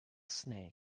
snake